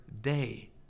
day